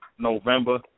November